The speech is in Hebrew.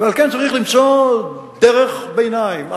ועל כן צריך למצוא דרך ביניים.